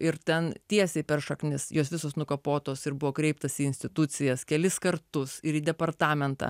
ir ten tiesiai per šaknis jos visos nukapotos ir buvo kreiptasi į institucijas kelis kartus ir į departamentą